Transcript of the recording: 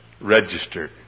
registered